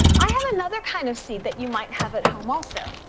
i have another kind of seed that you might have at home also.